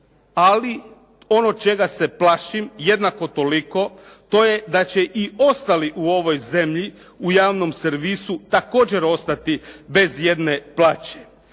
ali ono čega se plašim jednako toliko to je da će i ostali u ovoj zemlji u javnom servisu također ostati bez jedne plaće.